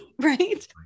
Right